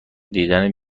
دیدن